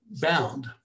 bound